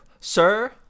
sir